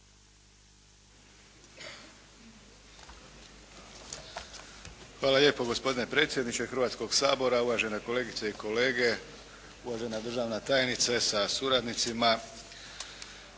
Hvala lijepo. Gospodine predsjedniče Hrvatskoga sabora, uvažene kolegice i kolege, uvažena državna tajnice sa suradnicima.